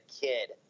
kid